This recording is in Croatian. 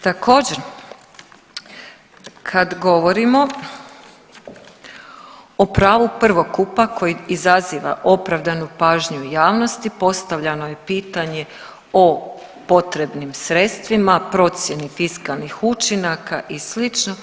Također kad govorimo o pravu prvokupa koji izaziva opravdanu pažnju javnosti postavljano je pitanje o potrebnim sredstvima, procjeni fiskalnih učinaka i slično.